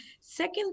Second